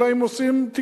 אלא אם כן עושים תיקון.